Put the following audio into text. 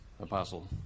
Apostle